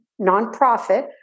nonprofit